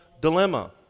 dilemma